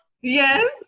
yes